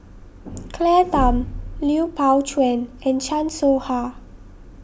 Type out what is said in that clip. Claire Tham Lui Pao Chuen and Chan Soh Ha